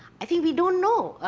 i think we don't know.